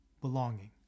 Belonging